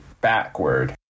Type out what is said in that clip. backward